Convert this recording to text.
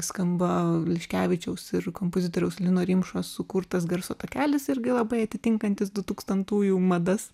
skambam liškevičiaus ir kompozitoriaus lino rimšos sukurtas garso takelis irgi labai atitinkantis du tūkstantųjų madas